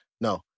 no